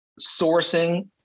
sourcing